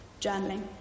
journaling